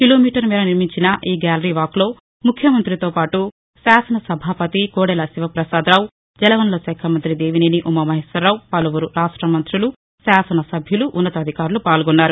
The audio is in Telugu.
కిలోమీటరు మేర నిర్మించిన ఈ గ్యాలరీ వాక్లో ముఖ్యమంతితోపాటు శాసనసభాపతి కోడెల శివప్రసాదరావు జలవనరుల శాఖ మంతి దేవినేని ఉమామహేశ్వరరావు పలువురు రాష్ట మంతులు శాసనసభ్యులు ఉన్నతాధికారులు పాల్గొన్నారు